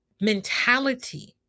mentality